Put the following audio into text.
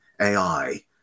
AI